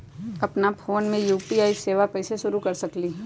अपना फ़ोन मे यू.पी.आई सेवा कईसे शुरू कर सकीले?